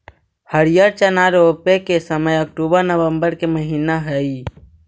हरिअर चना रोपे के समय अक्टूबर नवंबर के महीना हइ